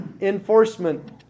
enforcement